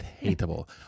hateable